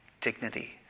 dignity